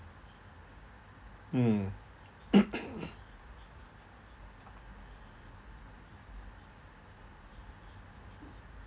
mm